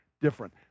different